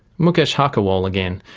mukesh haikerwal again,